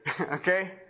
Okay